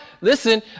listen